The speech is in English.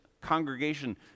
congregation